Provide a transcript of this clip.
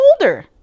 older